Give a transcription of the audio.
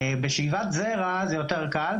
בשאיבת זרע זה יותר קל,